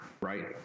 right